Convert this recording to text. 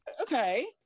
okay